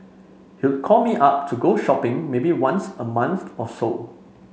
he'll call me up to go shopping maybe once a month or so